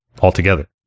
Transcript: altogether